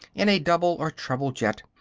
in a double or treble jet,